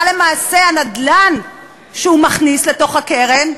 למעשה הנדל"ן שהוא מכניס לתוך הקרן.